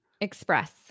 express